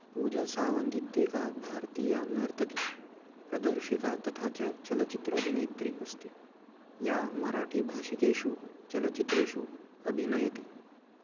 पूजा सावन्त् इत्येका भारतीया नर्तकी प्रदर्शिका तथा च चलचित्र अभिनेत्री अस्ति या मराठीभाषिकेषु चलचित्रेषु अभिनयति